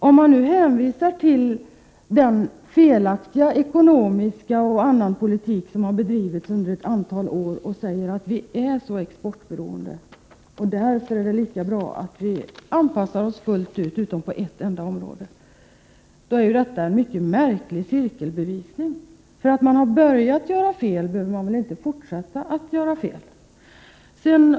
Om man hänvisar till den felaktiga ekonomiska och övriga politik som har bedrivits under ett antal år och säger att vi är så exportberoende att det är lika bra att vi anpassar oss fullt ut, utom på en enda punkt, då är det en mycket märklig cirkelbevisning. Därför att man har börjat göra fel behöver man väl inte fortsätta att göra fel?